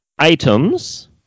items